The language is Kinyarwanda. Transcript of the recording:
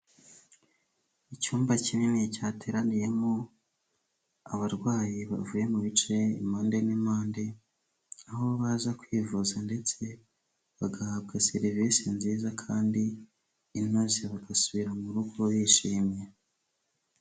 Icyumba kinini cyateraniyemo abarwayi bavuye mu bice impande n'impande, aho baza kwivuza ndetse bagahabwa serivisi nziza kandi inoze agasubira mu rugo yishimye.